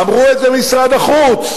אמרו את זה משרד החוץ.